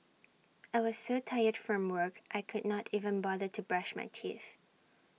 I was so tired from work I could not even bother to brush my teeth